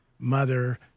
mother